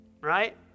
right